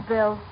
Bill